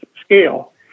scale